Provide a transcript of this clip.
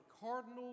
cardinal